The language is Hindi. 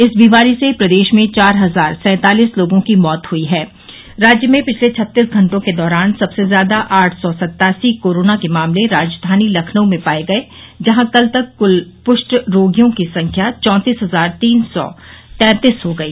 इस बीमारी से प्रदेश में चार हजार सैंतालिस लोगों की मौत हुई है राज्य में पिछले छत्तीस घंटों के दौरान सबसे ज्यादा आठ सौ सत्तासी कोरोना के मामले राजधानी लखनऊ में पाये गये जहां कल तक कुल पुष्ट रोगियों की संख्या चौंतीस हजार तीन सौ तैंतीस हो गई